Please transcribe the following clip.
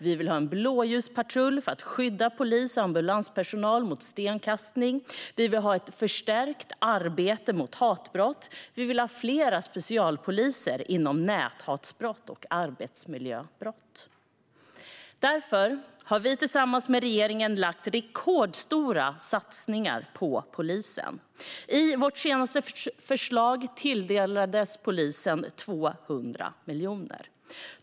Vi vill ha en blåljuspatrull för att skydda polis och ambulanspersonal mot stenkastning. Vi vill ha förstärkt arbete mot hatbrott. Vi vill ha fler specialpoliser inom näthatbrott och arbetsmiljöbrott. Därför har vi tillsammans med regeringen lagt rekordstora satsningar på polisen. I vårt senaste förslag tilldelades polisen 200 miljoner.